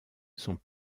sont